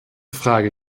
frage